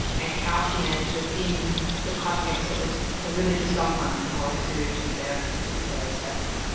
and couching it within the context or the the religious dogma in order to achieve their nefarious purposes.